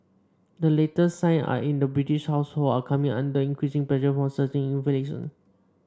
the latest sign are in the British household are coming under increasing pressure from surging inflation